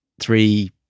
three